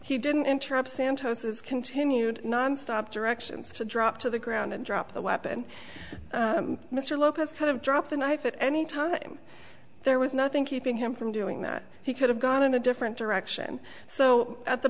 he didn't interrupt santos's continued nonstop directions to drop to the ground and drop the weapon mr lopez kind of dropped the knife at any time there was nothing keeping him from doing that he could have gone in a different direction so at the